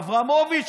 אברמוביץ',